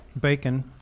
bacon